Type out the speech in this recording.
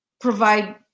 provide